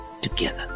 together